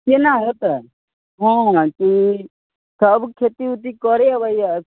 केना होतै हँ हँ की सभ खेती उती करय अबैए